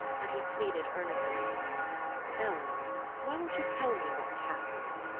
and he pleaded earnestly ellen why won't you tell me what's happened?